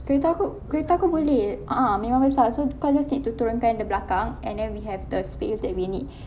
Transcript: kereta aku kereta aku boleh a'ah memang besar so kau I just need to turunkan the belakang then we have the space that we need